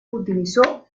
utilizó